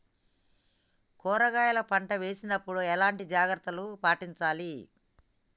కూరగాయల పంట వేసినప్పుడు ఎలాంటి జాగ్రత్తలు పాటించాలి?